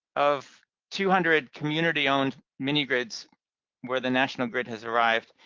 of two hundred community-owned mini-grids where the national grid has arrived,